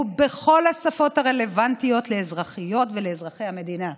בכל השפות הרלוונטיות לאזרחיות ולאזרחי המדינה.